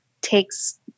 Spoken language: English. takes –